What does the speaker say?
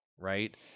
right